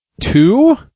two